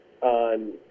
on –